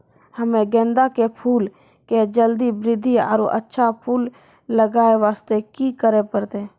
हम्मे गेंदा के फूल के जल्दी बृद्धि आरु अच्छा फूल लगय वास्ते की करे परतै?